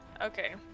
Okay